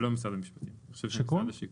לא משרד המשפטים, אני חושב שמשרד השיכון.